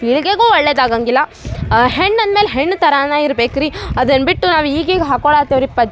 ಪೀಳಿಗೆಗೂ ಒಳ್ಳೇದು ಆಗೋಂಗಿಲ್ಲ ಹೆಣ್ಣು ಅಂದ ಮೇಲೆ ಹೆಣ್ಣು ಥರನೇ ಇರ್ಬೇಕು ರೀ ಅದನ್ನು ಬಿಟ್ಟು ನಾವು ಈಗೀಗ ಹಾಕ್ಕೊಳ್ಳುತ್ತೇವ್ ರೀ ಪಾ